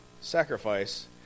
sacrifice